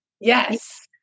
Yes